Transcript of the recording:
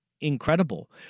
incredible